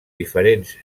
diferents